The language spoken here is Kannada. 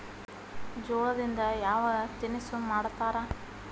ಜೋಳದಿಂದ ಯಾವ ತಿನಸು ಮಾಡತಾರ?